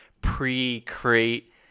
pre-crate